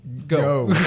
Go